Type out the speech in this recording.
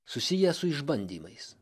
susijęs su išbandymais